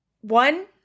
one